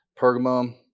Pergamum